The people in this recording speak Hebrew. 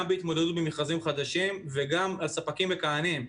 גם בהתמודדות במכרזים חדשים וגם על ספקים מכהנים.